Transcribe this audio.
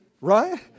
right